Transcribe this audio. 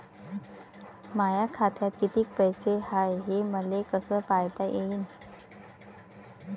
माया खात्यात कितीक पैसे हाय, हे मले कस पायता येईन?